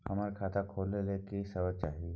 हमरा खाता खोले के लेल की सब चाही?